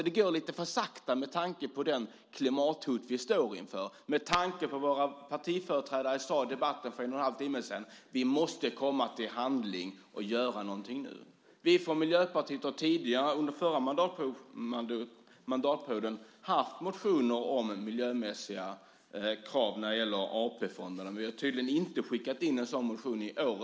Det går lite för sakta med tanke på det klimathot vi står inför och med tanke på att våra partiföreträdare i debatten för en och halv timme sedan sade att vi måste komma till handling och göra någonting nu. Vi i Miljöpartiet har under den förra mandatperioden lämnat motioner om miljömässiga krav när det gäller AP-fonderna, men vi har tydligen inte skickat in en sådan motion i år.